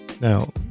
Now